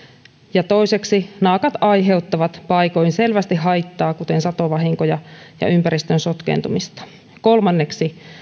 ja toiseksi naakat aiheuttavat paikoin selvästi haittaa kuten satovahinkoja ja ympäristön sotkeentumista kolmanneksi